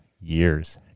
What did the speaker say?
years